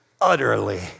utterly